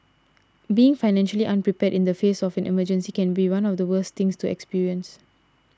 being financially unprepared in the face of an emergency can be one of the worst things to experience